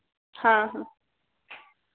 हाँ हाँ